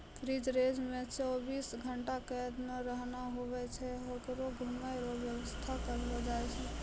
free range मे चौबीस घंटा कैद नै रहना हुवै छै होकरो घुमै रो वेवस्था करलो जाय छै